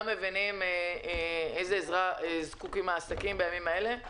מבינים לאיזו עזרה זקוקים העסקים בימים אלה.